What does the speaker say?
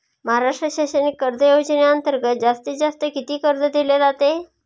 महाराष्ट्र शैक्षणिक कर्ज योजनेअंतर्गत जास्तीत जास्त किती कर्ज दिले जाते?